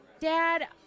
Dad